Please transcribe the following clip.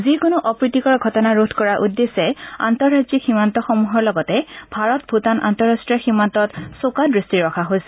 যিকোনো অপ্ৰীতিকৰ ঘটনা ৰোধ কৰাৰ উদ্দেশ্যে আন্তঃৰাজ্যিক সীমান্তসমূহৰ লগতে ভাৰত ভূটান আন্তঃৰাষ্ট্ৰীয় সীমান্তত চোকা দৃষ্টি ৰখা হৈছে